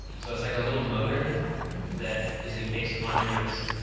so it's like a little motor that is encased on your wrist.